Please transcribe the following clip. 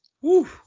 woo